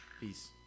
Peace